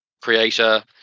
creator